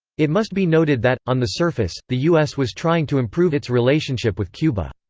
it must be noted that, on the surface, the us was trying to improve its relationship with cuba.